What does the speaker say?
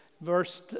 verse